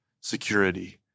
security